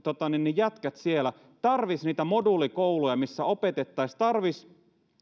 jätkät siellä tarvitsisivat niitä moduulikouluja missä opetettaisiin tarvitsisivat